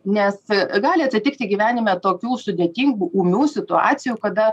nes gali atsitikti gyvenime tokių sudėtingų ūmių situacijų kada